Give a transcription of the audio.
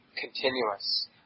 continuous